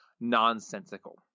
nonsensical